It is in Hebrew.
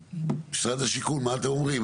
משרד השיכון, מה אתם אומרים?